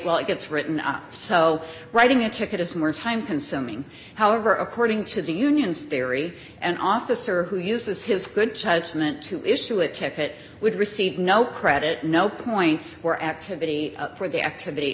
while it gets written up so writing a ticket is more time consuming however according to the union's theory an officer who uses his good judgment to issue a ticket would receive no credit no points or activity for the activity